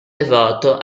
devoto